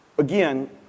again